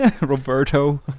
roberto